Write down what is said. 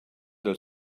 del